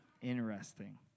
Interesting